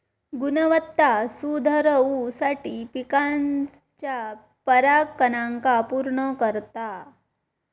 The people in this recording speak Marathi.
गुणवत्ता सुधरवुसाठी पिकाच्या परागकणांका पुर्ण करता